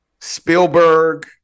Spielberg